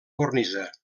cornisa